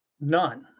none